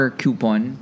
coupon